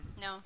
No